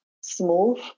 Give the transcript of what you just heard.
smooth